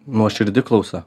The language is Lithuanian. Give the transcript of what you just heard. nuoširdi klausa